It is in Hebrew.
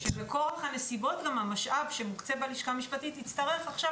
-- שבכורח הנסיבות גם המשאב שמוקצה בלשכה המשפטית יצטרך עכשיו